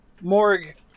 Morg